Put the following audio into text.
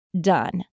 done